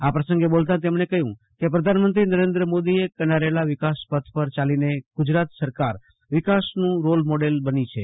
આ પ્રસંગે બોલતા તેમણે કહ્યું કેપ્રધાનમંત્રી નરેન્દ્ર મોદીએ કરાયેલા વિકાસ પેથ પર ચાલીને ગુજરાત સરકાર વિકાસનું એક મોડલ બની ગયું છે